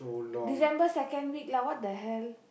December second week lah what the hell